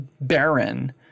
barren